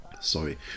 Sorry